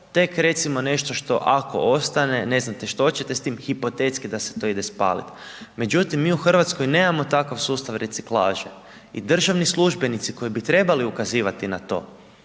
nešto što ako ostane ne znate što ćete s tim hipotetski da se to ide spaliti. Međutim, mi u Hrvatskoj nemamo takav sustav reciklaže i državni službenici koji bi trebali ukazivati na to